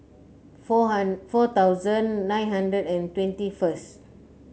four four thousand nine hundred and twenty first